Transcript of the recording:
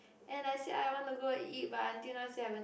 and I said I want to go and eat but until now still haven't